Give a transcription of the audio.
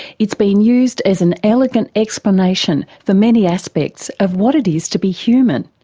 it's been used as an elegant explanation for many aspects of what it is to be human,